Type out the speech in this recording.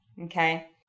Okay